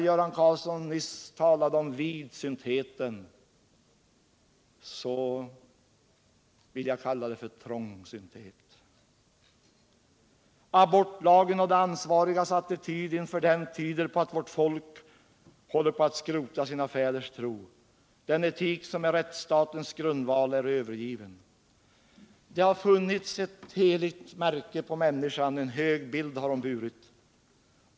Göran Karlsson talade nyss om vidsyntheten, men jag vill kalla den för trångsynthet. Abortlagen och de ansvarigas attityd till den tyder på att vårt folk håller på att skrota sina fäders tro. Den etik som är rättsstatens grundval är övergiven. Det har funnits ett heligt märke på människan; en hög bild har hon burit.